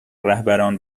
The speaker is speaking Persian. رهبران